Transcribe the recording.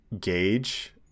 gauge